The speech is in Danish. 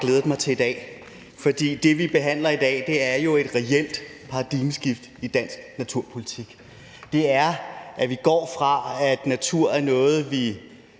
glædet mig til i dag! For det, som vi behandler i dag, er jo et reelt paradigmeskift i dansk naturpolitik. Det er, at vi går fra, at natur er noget,